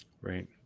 Right